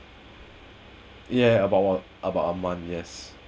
yeuh about about a month yes